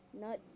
nuts